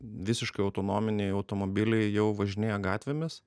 visiškai autonominiai automobiliai jau važinėja gatvėmis